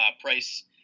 Price